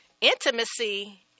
intimacy